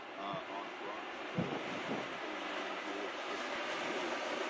on a broader scale that is going on with district employees.